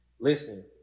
listen